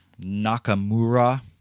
Nakamura